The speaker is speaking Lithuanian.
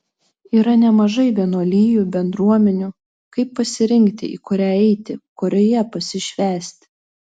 yra nemažai vienuolijų bendruomenių kaip pasirinkti į kurią eiti kurioje pasišvęsti